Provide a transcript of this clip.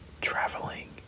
traveling